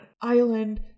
island